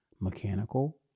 mechanical